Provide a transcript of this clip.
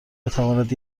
بتواند